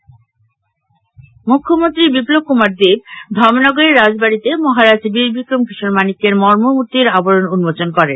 মুখ্যমন্ত্রী ধর্মনগর মুখ্যমন্ত্রী বিপ্লব কুমার দেব ধর্মনগরের রাজবাড়িতে মহারাজ বীরবিক্রম কিশোর মাণিক্যের মর্মর মূর্ত্তির আবরণ উন্মোচন করেন